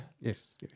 Yes